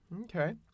Okay